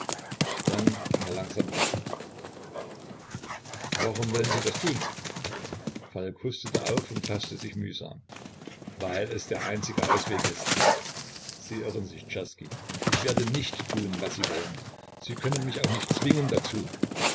dann ging er langsam weiter warum wollen sie das tun falk hustete auf und faßte sich mühsam weil es der einzige ausweg ist sie irren sich czerski ich werde nicht tun was sie wollen sie können mich auch nicht zwingen dazu